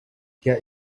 get